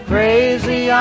Crazy